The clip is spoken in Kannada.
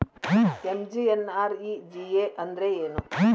ಎಂ.ಜಿ.ಎನ್.ಆರ್.ಇ.ಜಿ.ಎ ಅಂದ್ರೆ ಏನು?